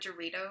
Doritos